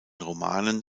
romanen